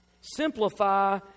Simplify